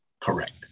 Correct